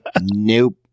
Nope